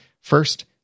First